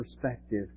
perspective